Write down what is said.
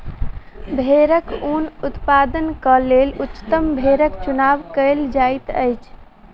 भेड़क ऊन उत्पादनक लेल उच्चतम भेड़क चुनाव कयल जाइत अछि